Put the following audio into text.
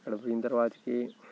అక్కడ పోయిన తరువాతకి